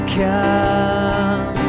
come